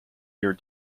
year